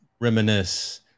Reminisce